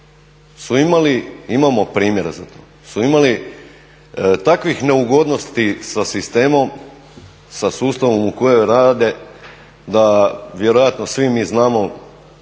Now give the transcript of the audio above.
su imali, imamo primjera za to, su imali takvih neugodnosti sa sistemom, sa sustavom u kojem rade da vjerojatno svi mi znamo